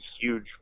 huge